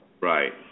Right